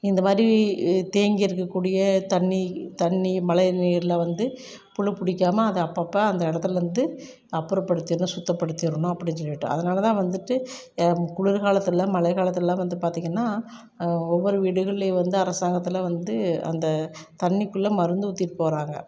இந்தமாதிரி தேங்கி இருக்க கூடிய தண்ணி தண்ணி மழை நீரில் வந்து புழு பிடிக்காம அதை அப்பப்போ அந்த இடத்துல இருந்து அப்புறப்படுத்திடணும் சுத்தப்படுத்திடணும் அப்டின்னு சொல்லிவிட்டு அதனால் தான் வந்துவிட்டு குளிர்காலத்தில் மழை காலத்திலல்லாம் வந்து பார்த்திங்கன்னா ஒவ்வொரு வீடுகள்லேயும் வந்து அரசாங்கத்தில் வந்து அந்த தண்ணிக்குள்ள மருந்து ஊத்திவிட்டு போகிறாங்க